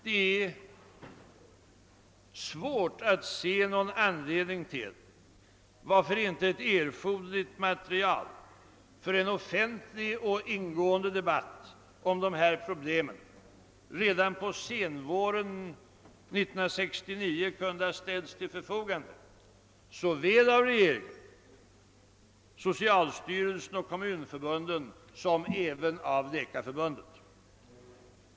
Det är svårt att finna någon anledning till att inte det för en offentlig och ingående debatt erforderliga materialet redan på senvåren 1969 kunde ha ställts till förfogande såväl av regeringen, socialstyrelsen och kommunförbunden som av Läkarförbundet.